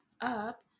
up